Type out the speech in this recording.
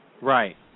Right